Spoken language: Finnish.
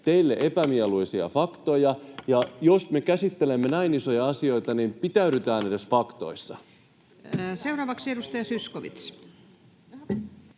teille epämieluisia faktoja. Jos me käsittelemme näin isoja asioita, niin pitäydytään edes faktoissa. Seuraavaksi edustaja Zyskowicz.